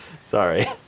Sorry